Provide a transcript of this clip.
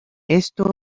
esto